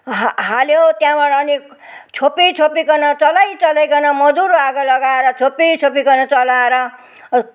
हाल्यो त्यहाँबड अनि छोपी छोपीकन चलाई चलाईकन मधुरो आगो लगाएर छोपी छोपीकन चलाएर